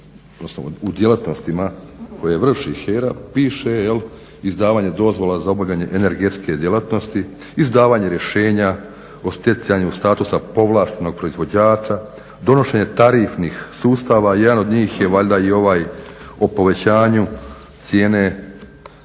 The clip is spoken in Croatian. u djelatnostima koje vrši HERA piše izdavanje dozvola za obavljanje energetske djelatnosti, izdavanje rješenja o stjecanju statusa povlaštenog proizvođača, donošenje tarifnih sustava. Jedan od njih je valjda i ovaj o povećanju cijene